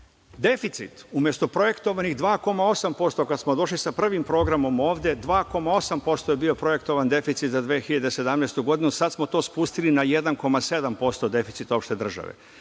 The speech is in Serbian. Deficit, umesto projektovanih 2,8%, kada smo došli sa prvim programom ovde, 2,8% je bio projektovan deficit za 2017. godinu, a sada smo to spustili na 1,7% deficita opšte države.